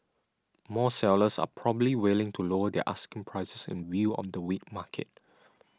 more sellers are probably willing to lower their asking prices in view of the weak market